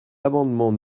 amendement